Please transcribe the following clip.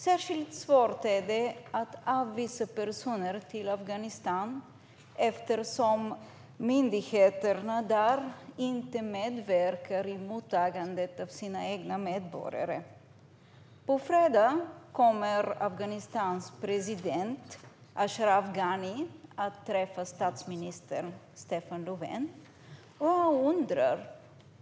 Särskilt svårt är det att avvisa personer till Afghanistan, eftersom myndigheterna där inte medverkar i mottagandet av sina egna medborgare. På fredag kommer Afghanistans president Ashraf Ghani att träffa statsminister Stefan Löfven.